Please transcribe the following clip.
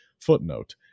Footnote